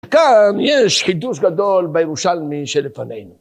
כאן יש חידוש גדול בירושלמי שלפנינו.